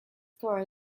core